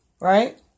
right